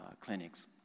clinics